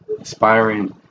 aspiring